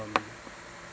um